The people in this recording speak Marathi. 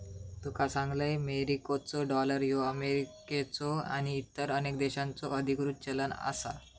तुका सांगतंय, मेरिकेचो डॉलर ह्यो अमेरिकेचो आणि इतर अनेक देशांचो अधिकृत चलन आसा